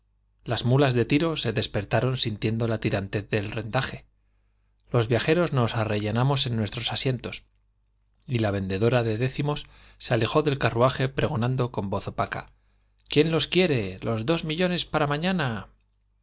tranvía mulas del tiro despertaron sintiendo poster ior las se la tirantez del los arrellanamos rendaje viajeros nos en nuestros asientos y la vendedora de décimos se alejó del carruaje pregonando con voz opaca j quién los quiere los dos millones para mañana